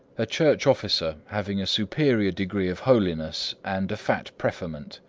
a church officer having a superior degree of holiness and a fat preferment.